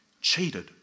cheated